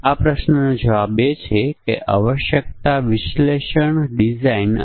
ચાલો આપણે કહીએ કે આપણે એક પ્રોગ્રામ લખ્યો છે જે ત્રિકોણની ત્રણ બાજુઓ વાંચે છે